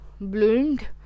bloomed